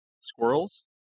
Squirrels